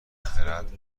خرد